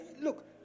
look